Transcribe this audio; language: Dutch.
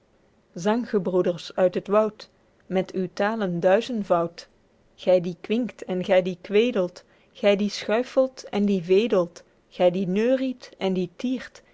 wenschen zanggebroeders uit het woud met uw talen duizendvoud gy die kwinkt en gy die kwedelt gy die schuifelt en die vedelt gy die neuriet en die